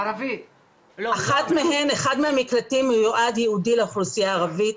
אחד מהמקלטים מיועד ייעודי לאוכלוסייה הערבית.